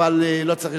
אבל לא צריך יותר.